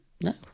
No